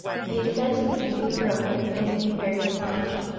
he is said to be easily broken, and to be very staunch.